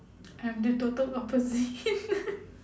I'm the total opposite